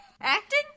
Acting